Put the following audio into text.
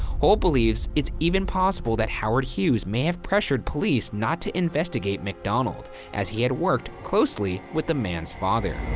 hull believes it's even possible that howard hughes may have pressured police not to investigate macdonald, as he had worked closely with the man's father.